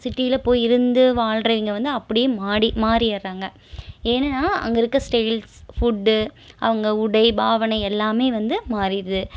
சிட்டில போய் இருந்து வாழ்கிறவய்ங்க வந்து அப்படியே மாடி மாறிடுறாங்க ஏன்னா அங்கே இருக்க ஸ்டைல்ஸ் ஃபுட்டு அவங்க உடை பாவனை எல்லாமே வந்து மாறிடுது